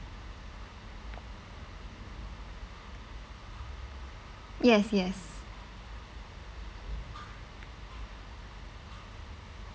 yes yes